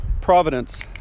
Providence